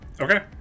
Okay